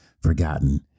forgotten